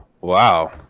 Wow